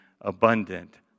abundant